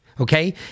Okay